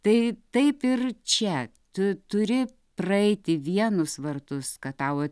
tai taip ir čia tu turi praeiti vienus vartus kad tau